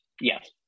yes